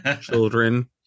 children